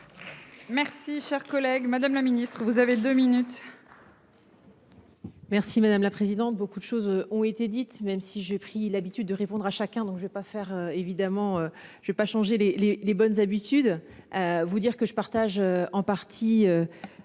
Merci cher collègue. Madame la Ministre, vous avez 2 minutes.